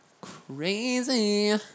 Crazy